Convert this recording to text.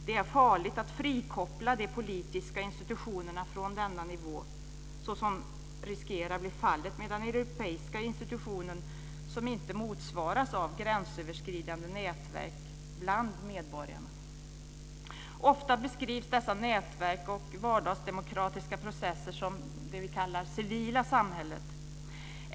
Det är farligt att frikoppla de politiska institutionerna från denna nivå, så som riskerar bli fallet med europeiska institutioner som inte motsvaras av gränsöverskridande nätverk bland medborgarna. Ofta beskrivs dessa nätverk och vardagsdemokratiska processer som det civila samhället.